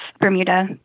Bermuda